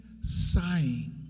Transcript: sighing